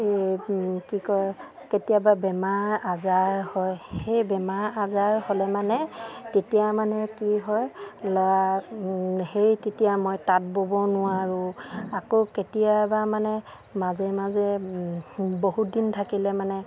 কি কয় কেতিয়াবা বেমাৰ আজাৰ হয় সেই বেমাৰ আজাৰ হ'লে মানে তেতিয়া মানে কি হয় ল'ৰা সেই তেতিয়া মই তাঁত ব'ব নোৱাৰোঁ আকৌ কেতিয়াবা মানে মাজে মাজে বহুত দিন থাকিলে মানে